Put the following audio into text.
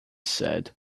said